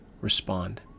respond